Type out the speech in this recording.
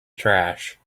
trash